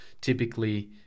typically